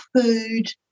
food